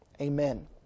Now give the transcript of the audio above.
Amen